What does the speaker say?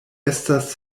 estas